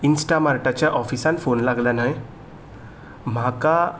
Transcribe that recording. इंस्टामार्टाच्या ऑफिसान फोन लागला न्हय म्हाका